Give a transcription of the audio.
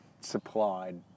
Supplied